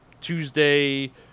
Tuesday